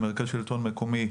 במרכז השלטון המקומי,